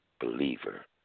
believer